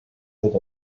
wird